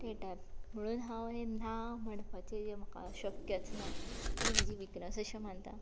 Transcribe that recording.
ते टायप म्हणून हांव हें ना म्हणपाचें म्हाका शक्यय ना ती म्हजी विकनस अशें मानता